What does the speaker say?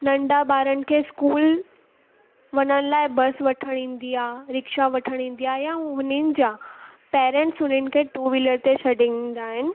नंढा ॿारनि खे इस्कूल वञण लाइ बस वठणु ईंदी आहे रिक्शा वठणु ईंदी आहे या हुननि जा पेरेंट्स हुननि खे टू विलर ते छॾे ईंदा आहिनि